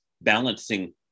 balancing